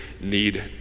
need